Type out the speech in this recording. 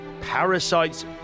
parasites